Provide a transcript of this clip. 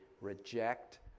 reject